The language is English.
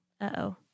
Uh-oh